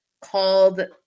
called